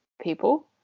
people